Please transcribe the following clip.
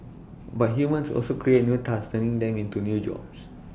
but humans also create new tasks turning them into new jobs